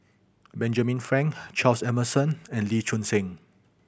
Benjamin Frank Charles Emmerson and Lee Choon Seng